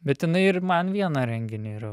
bet jinai ir man vieną renginį yra